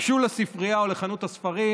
גשו לספרייה או לחנות הספרים,